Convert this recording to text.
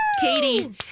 Katie